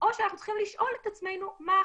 או שאנחנו צריכים לשאול את עצמנו: מה עכשיו?